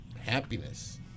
Happiness